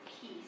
Peace